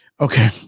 Okay